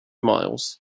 miles